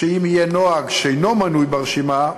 ואם יהיה נוהג שאינו מנוי ברשימה,